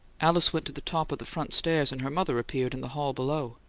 alice went to the top of the front stairs, and her mother appeared in the hall below.